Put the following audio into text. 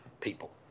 people